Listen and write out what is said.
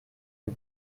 les